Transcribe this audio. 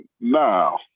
now